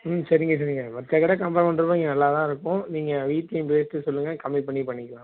ம் சரிங்க சரிங்க மற்ற கடை கம்பேர் பண்ணுறப்ப இங்கே நல்லா தான் இருக்கும் நீங்கள் வீட்டுலேயும் பேசிவிட்டு சொல்லுங்க கம்மி பண்ணி பண்ணிக்கலாம்